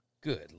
Good